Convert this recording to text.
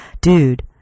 Dude